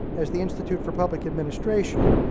as the institute for public administration,